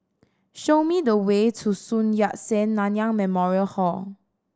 show me the way to Sun Yat Sen Nanyang Memorial Hall